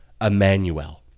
Emmanuel